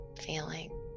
feeling